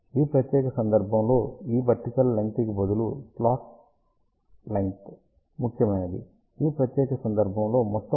ఈ ప్రత్యేక సందర్భంలో ఈ వర్టికల్ లెంగ్త్ కి బదులుగా స్లాంట్ లెంగ్త్ ముఖ్యమైనది ఈ ప్రత్యేక సందర్భంలో మొత్తం పొడవు 110 మిమీ